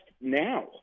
now